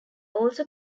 also